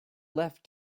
left